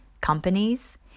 companies